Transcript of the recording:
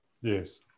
Yes